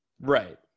Right